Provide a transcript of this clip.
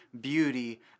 beauty